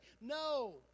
No